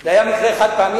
זה היה מקרה חד-פעמי,